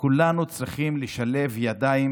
כולנו צריכים לשלב ידיים